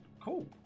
Cool